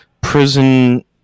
prison